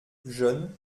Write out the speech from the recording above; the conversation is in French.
jeune